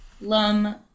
Lum